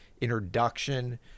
introduction